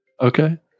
okay